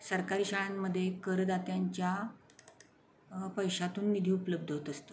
सरकारी शाळांमध्ये करदात्यांच्या पैशातून निधी उपलब्ध होत असतो